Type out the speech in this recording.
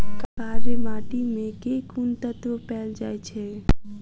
कार्य माटि मे केँ कुन तत्व पैल जाय छै?